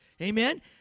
Amen